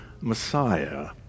Messiah